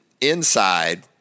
inside